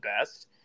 best